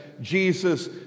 Jesus